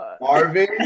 Marvin